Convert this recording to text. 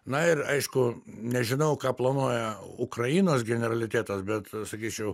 na ir aišku nežinau ką planuoja ukrainos generalitetas bet sakyčiau